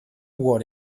what